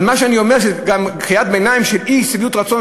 אבל אני אומר שגם קריאת ביניים של אי-שביעות רצון,